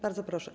Bardzo proszę.